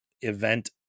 event